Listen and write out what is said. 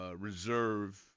reserve